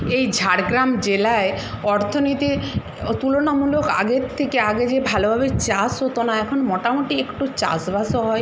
এই ঝাড়গ্রাম জেলায় অর্থনীতি ও তুলনামূলক আগের থেকে আগে যে ভালোভাবে চাষ হতো না এখন মোটামুটি একটু চাষবাসও হয়